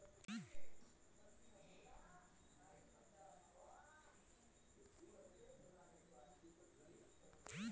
व्याजाचे पैसे माया खात्यात जमा व्हासाठी कितीक दिवस लागन?